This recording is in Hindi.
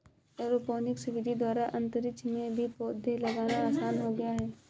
ऐरोपोनिक्स विधि द्वारा अंतरिक्ष में भी पौधे लगाना आसान हो गया है